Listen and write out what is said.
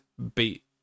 beat